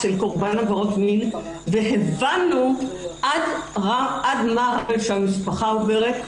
של קורבן עבירות מין והבנו עד כמה גדול הקושי שהמשפחה עוברת.